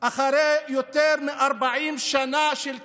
אחרי יותר מ-40 שנה של כיבוש.